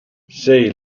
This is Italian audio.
sei